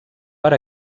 per